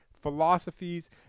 philosophies